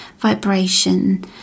vibration